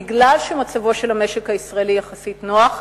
בגלל שמצבו של המשק הישראלי יחסית נוח,